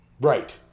Right